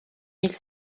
mille